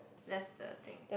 that's the thing